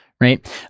right